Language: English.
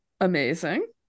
amazing